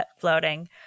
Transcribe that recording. floating